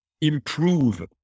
improve